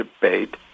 debate